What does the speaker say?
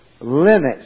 limits